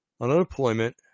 unemployment